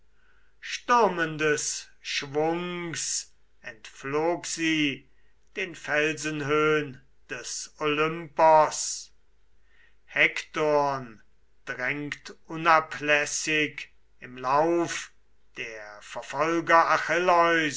stürmendes schwungs entflog sie den felsenhöhn des olympos hektorn drängt unablässig im lauf der verfolger